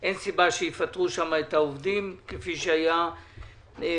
אין סיבה שיפטרו שם את העובדים כפי שהיה מדובר,